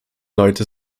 leute